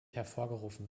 hervorgerufen